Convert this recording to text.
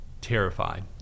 Terrified